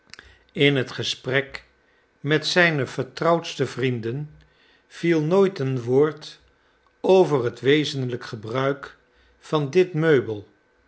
in het gesprek met zijne vertrouwdste vrienden viel nooit een woord over het wezenlijke gebruik van dit meubel